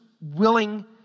willing